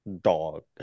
Dog